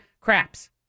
craps